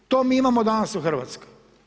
To mi imamo danas u Hrvatskoj.